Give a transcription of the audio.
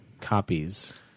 copies